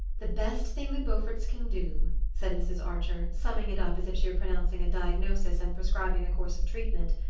the best thing the beauforts can do, said mrs. archer, summing it up as if she were pronouncing a diagnosis and prescribing a course of treatment,